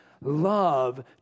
love